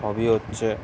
হবি হচ্ছে